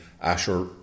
Asher